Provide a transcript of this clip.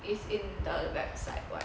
it's in the website [one]